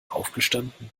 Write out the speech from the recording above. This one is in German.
aufgestanden